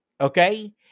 Okay